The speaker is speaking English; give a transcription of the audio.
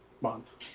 month